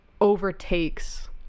overtakes